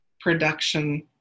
production